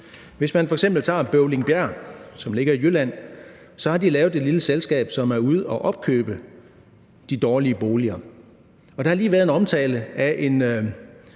Hvis man f.eks. tager Bøvlingbjerg, som ligger i Jylland, har de lavet et lille selskab, som opkøber de dårlige boliger. Der har lige været en omtale af et